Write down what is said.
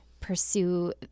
pursue